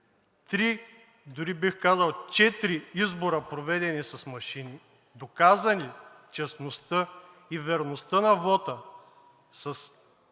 три, дори бих казал четири избора, проведени с машини, доказали честността и верността на вота с избори,